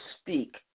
speak